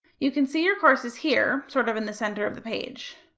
you can see your courses here, sort of in the centre of the page.